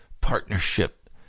partnership